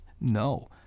No